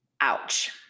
Ouch